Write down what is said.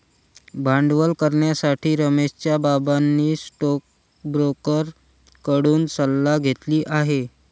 भांडवल करण्यासाठी रमेशच्या बाबांनी स्टोकब्रोकर कडून सल्ला घेतली आहे